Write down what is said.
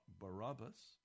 Barabbas